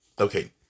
Okay